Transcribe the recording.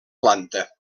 planta